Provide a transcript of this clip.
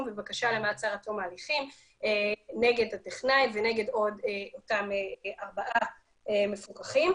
ובקשה למעצר עד תום הליכים נגד הטכנאי ונגד אותם ארבעה מפוקחים,